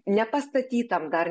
nepastatytam dar